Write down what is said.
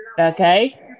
Okay